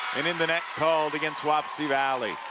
and in the net called against wapsie valley.